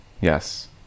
Yes